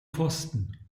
pfosten